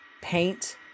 paint